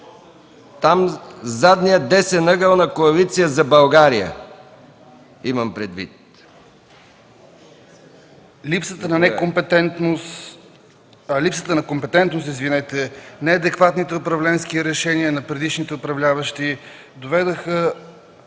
задния десен ъгъл на Коалиция за България! ЯВОР КУЮМДЖИЕВ: Липсата на компетентност, неадекватните управленски решение на предишните управляващи доведоха